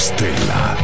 Stella